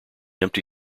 empty